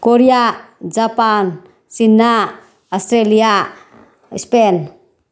Korea Japan China Australia Spain